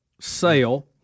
sale